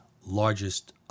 largest